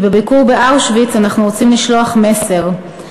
בביקור באושוויץ אנחנו רוצים לשלוח מסר,